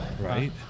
Right